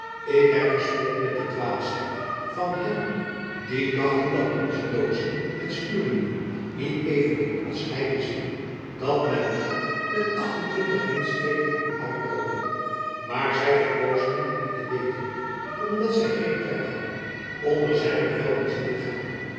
ik heb gespot met de dwaasheid van hen die dachten dat onze loodsen en stuurlieden niet even goed als hy wisten dat men wel met acht-en-twintig windstreken kon uitloopen maar zy verkozen het niet te weten omdat zy geen trek hadden onder zijn bevel in zee te gaan